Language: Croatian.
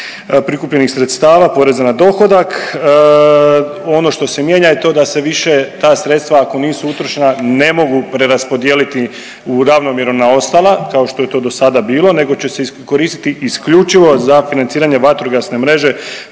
prikupljenih sredstava poreza na dohodak, ono što se mijenja je to da se više ta sredstva ako nisu utrošena ne mogu preraspodijeliti u ravnomjerno na ostala kao što je to dosada bilo nego će se iskoristiti isključivo za financiranje vatrogasne mreže